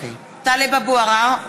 (קוראת בשמות חברי הכנסת) טלב אבו עראר,